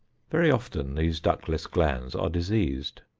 very often these ductless glands are diseased,